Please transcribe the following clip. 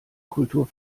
kultur